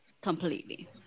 completely